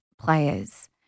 players